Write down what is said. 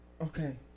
Okay